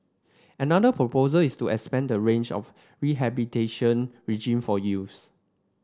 another proposal is to expand the range of rehabilitation regime for youths